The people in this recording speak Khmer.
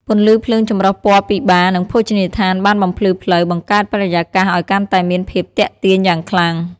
ពន្លឺភ្លើងចម្រុះពណ៌ពីបារ និងភោជនីយដ្ឋានបានបំភ្លឺផ្លូវ បង្កើតបរិយាកាសអោយកាន់តែមានភាពទាក់ទាញយ៉ាងខ្លាំង។